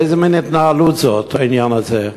איזה מין התנהלות זאת, העניין הזה?